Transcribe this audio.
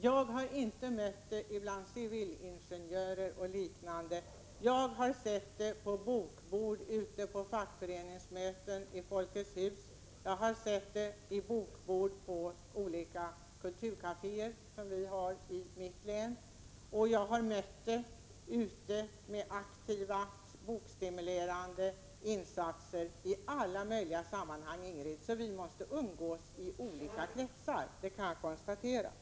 Jag har inte mött En bok för alla bland exempelvis civilingenjörer. Jag har sett dessa böcker på bokbord ute på fackföreningsmöten i Folkets hus, jag har sett dem på bokbord på olika kulturkaféer som vi har i mitt län och jag har sett dem föras fram med aktiva bokstimulerande insatser i alla möjliga sammanhang, Ingrid Sundberg. Vi måste umgås i olika kretsar. Det kan jag konstatera.